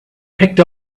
picked